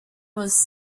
was